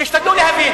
תשתדלו להבין.